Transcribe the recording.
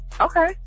Okay